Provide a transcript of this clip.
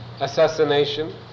assassination